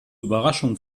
überraschung